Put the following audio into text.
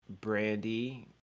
Brandy